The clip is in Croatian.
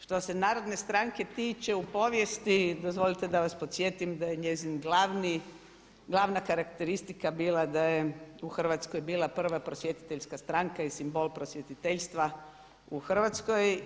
Što se Narodne stranke tiče u povijesti dozvolite da vas podsjetim da je njezin glavni, glavna karakteristika bila da je u Hrvatskoj bila prva prosvjetiteljska stranka i simbol prosvjetiteljstva u Hrvatskoj.